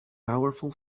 powerful